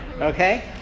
Okay